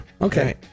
Okay